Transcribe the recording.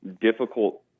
difficult